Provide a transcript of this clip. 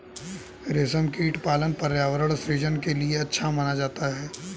रेशमकीट पालन पर्यावरण सृजन के लिए अच्छा माना जाता है